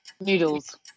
Noodles